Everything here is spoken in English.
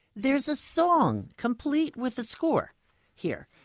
there's a song complete with a score here.